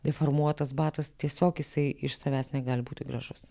deformuotas batas tiesiog jisai iš savęs negali būti gražus